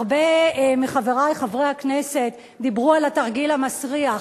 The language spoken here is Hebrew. הרבה מחברי חברי הכנסת דיברו על התרגיל המסריח.